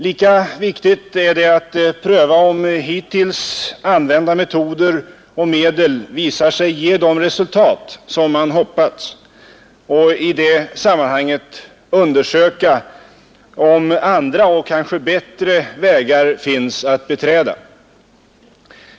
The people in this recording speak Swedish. Lika viktigt är det att pröva om hittills använda metoder och medel visar sig ge de resultat som man hoppats och i det sammanhanget undersöka om andra och kanske bättre vägar finns att beträda.